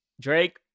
Drake